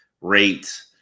rate